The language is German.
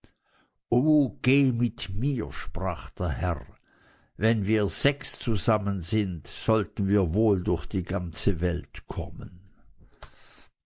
geh mit mir sprach der mann wenn wir drei zusammen sind sollten wir wohl durch die ganze welt kommen